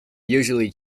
usually